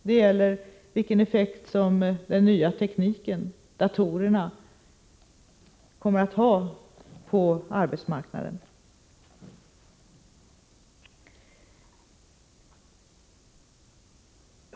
Det gäller vilken effekt som den nya tekniken, med datorerna, kommer att ha på arbetsmarknaden.